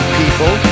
people